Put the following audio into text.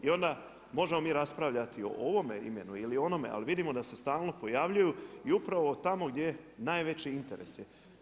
I onda možemo mi raspravljati o ovome imenu, ili onome ali vidimo da se stalno pojavljuju, i upravo tamo gdje je najveći interes.